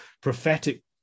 prophetic